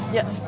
Yes